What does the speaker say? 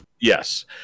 Yes